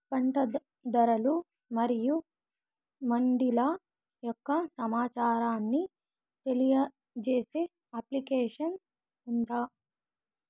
పంట ధరలు మరియు మండీల యొక్క సమాచారాన్ని తెలియజేసే అప్లికేషన్ ఉందా?